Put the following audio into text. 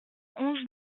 onze